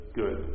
good